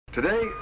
Today